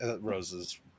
Rose's